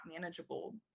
manageable